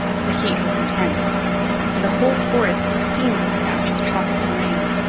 the heat was intense and the whole forest steamed with it after the tropical rain.